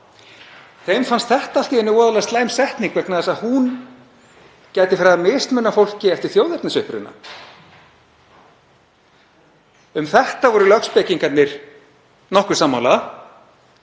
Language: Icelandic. fannst þetta allt í einu voðalega slæm setning vegna þess að hún gæti farið að mismuna fólki eftir þjóðernisuppruna. Um þetta voru lögspekingarnir nokkuð sammála.